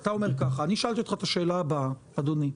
אני שאלתי אותך את השאלה הבאה, אדוני.